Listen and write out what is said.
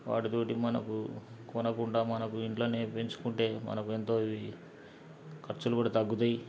వాటితో మనకు కొనకుండా మనకు ఇంట్లోనే పెంచుకుంటే మనకు ఎంతో అవి ఖర్చులు కూడా తగ్గుతాయి